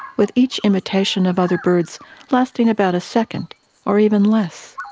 with each imitation of other birds lasting about a second or even less.